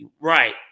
right